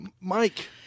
Mike